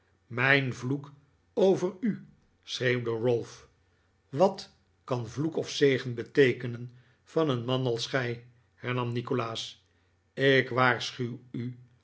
mijn vloek over u schreeuwde ralph wat kan vloek of zegen beteekenen van een man als gij hernam nikolaas ik waarschuw u